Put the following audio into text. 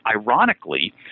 ironically